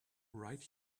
right